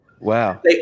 wow